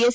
S